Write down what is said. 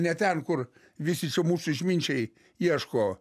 ne ten kur visi čia mūsų išminčiai ieško